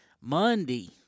Monday